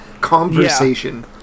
conversation